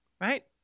right